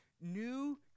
new